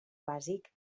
bàsic